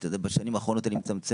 אתה יודע, בשנים האחרונות אני מצמצם.